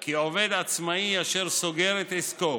כי עובד עצמאי אשר סוגר את עסקו